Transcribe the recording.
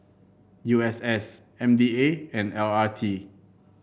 U S S M D A and L R T